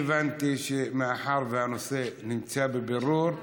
הבנתי שמאחר שהנושא נמצא בבירור,